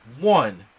one